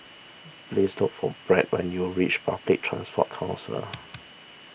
please look for Byrd when you reach Public Transport Council